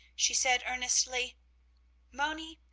she said earnestly moni,